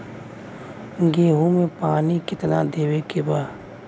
गेहूँ मे पानी कितनादेवे के बा?